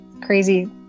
crazy